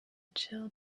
chill